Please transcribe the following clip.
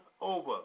over